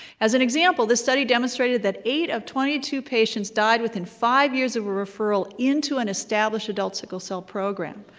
as an example, this study demonstrated that eight of twenty two patients died within five years of a referral into an established adult sickle cell program.